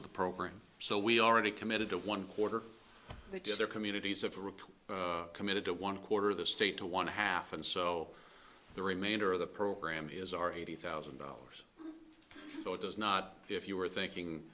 of the program so we already committed to one quarter they did their communities of return committed to one quarter of the state to one half and so the remainder of the program is our eighty thousand dollars so it does not if you are thinking